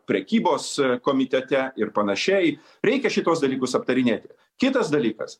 prekybos komitete ir panašiai reikia šituos dalykus aptarinėti kitas dalykas